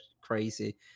crazy